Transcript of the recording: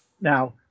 Now